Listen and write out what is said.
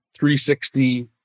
360